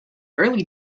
early